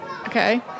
Okay